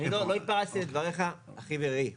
אני לא התפרצתי לדבריך, אחי ורעי,